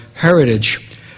Heritage